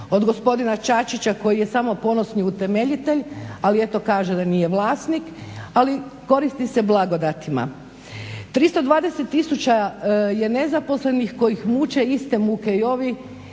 od gospodina Čačića koji je samo ponosni utemeljitelj ali eto kaže da nije vlasnik, ali koristi se blagodatima. 320 000 je nezaposlenih kojih muče iste muke i